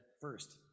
first